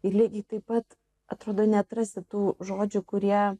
ir lygiai taip pat atrodo neatrasti tų žodžių kurie